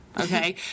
Okay